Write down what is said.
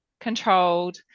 controlled